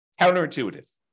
Counterintuitive